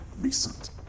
recent